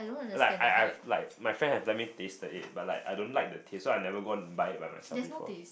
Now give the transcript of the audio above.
like I I've like my friend have let me tasted it but like I don't like the taste so I've never gone and buy it by myself before